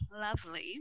lovely